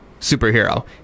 superhero